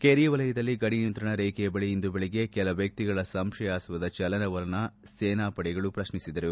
ಕೆರಿ ವಲಯದಲ್ಲಿನ ಗಡಿ ನಿಯಂತ್ರಣ ರೇಖೆಯ ಬಳಿ ಇಂದು ಬೆಳಿಗ್ಗೆ ಕೆಲವ್ಚಕ್ತಿಗಳ ಸಂಶಯಾಸ್ವದ ಚಲನವಲನ ಸೇನಾಪಡೆಗಳು ಪ್ರತ್ನಿಸಿದರು